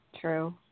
True